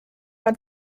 war